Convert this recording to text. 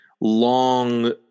long